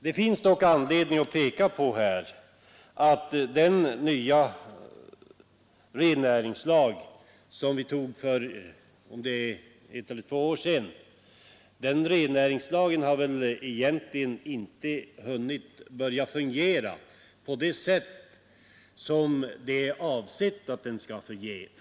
Det finns anledning att peka på att den nya rennäringslag som antogs för ett eller två år sedan egentligen inte har hunnit börja fungera på det sätt som är avsett.